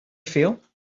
feel